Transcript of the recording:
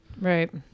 Right